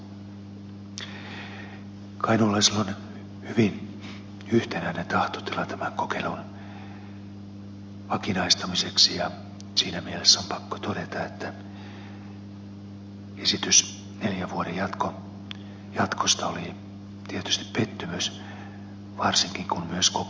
kainuulaisilla on hyvin yhtenäinen tahtotila tämän kokeilun vakinaistamiseksi ja siinä mielessä on pakko todeta että esitys neljän vuoden jatkosta oli tietysti pettymys varsinkin kun myös kokeilun seurantaryhmä esitti yksimielisesti vakinaistamista